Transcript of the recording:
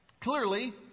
Clearly